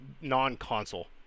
non-console